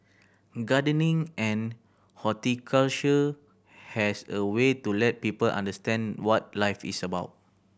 gardening and horticulture has a way to let people understand what life is about